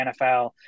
NFL